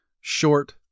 short